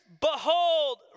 Behold